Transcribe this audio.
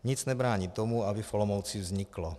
Nic nebrání tomu, aby v Olomouci vzniklo.